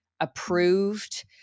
approved